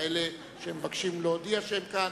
כאלה שהם מבקשים להודיע שהם כאן.